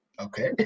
Okay